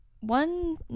One